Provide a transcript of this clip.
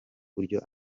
buryo